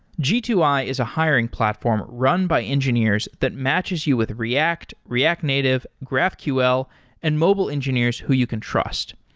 g two i is a hiring platform run by engineers that matches you with react, react native, graphql and mobile engineers who you can trust.